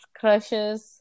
crushes